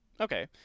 Okay